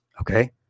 Okay